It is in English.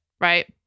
Right